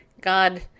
god